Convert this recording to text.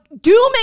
dooming